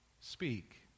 speak